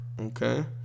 Okay